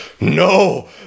no